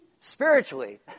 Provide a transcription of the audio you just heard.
Spiritually